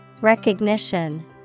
Recognition